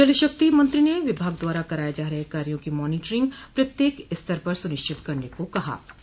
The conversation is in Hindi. जल शक्ति मंत्री ने विभाग द्वारा कराये जा रहे कार्यो की मॉनीटरिंग प्रत्येक स्तर पर सुनिश्चित करने को कहा है